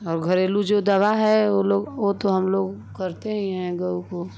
और घरेलू जो दवा है वो लोग वो तो हम लोग करते ही हैं गौ को